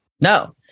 no